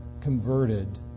converted